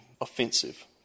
offensive